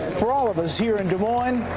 for all of us here in des moines,